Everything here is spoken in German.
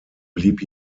blieb